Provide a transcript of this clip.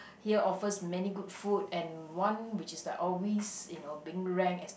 here offers many good food and one which is like always you know being ranked as